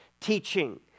teaching